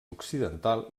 occidental